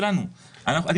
אמרת נדל"ן כעסק.